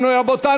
רבותי,